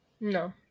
No